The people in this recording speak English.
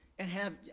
and have,